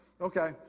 Okay